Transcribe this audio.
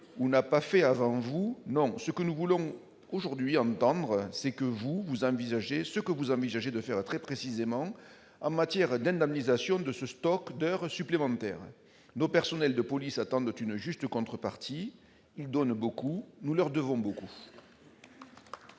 ou n'a pas fait avant vous. Non, ce que nous voulons entendre aujourd'hui, c'est ce que vous envisagez de faire très précisément en matière d'indemnisation de ce stock d'heures supplémentaires. Nos personnels de police attendent une juste contrepartie. Ils donnent beaucoup. Nous leur devons beaucoup